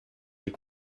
est